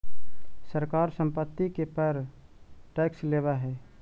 सरकार संपत्ति के पर टैक्स लेवऽ हई